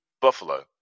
Buffalo